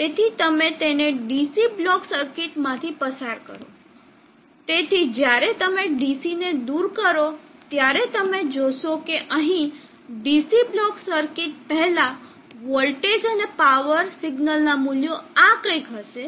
તેથી તમે તેને DC બ્લોક સર્કિટમાંથી પસાર કરો તેથી જ્યારે તમે DCને દૂર કરોત્યારે તમે જોશો કે અહીં DC બ્લોક સર્કિટ પહેલાં વોલ્ટેજ અને પાવર સિગ્નલના મૂલ્યો આ કંઈક હશે